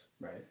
Right